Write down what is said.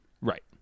Right